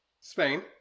Spain